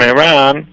Iran